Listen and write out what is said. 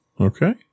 Okay